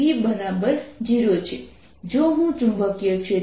તેથી potential Vr rREdr છે જ્યાં r સંદર્ભ બિંદુ છે